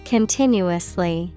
Continuously